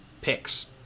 picks